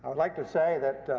um like to say that